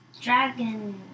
Dragon